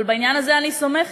אבל בעניין הזה אני סומכת,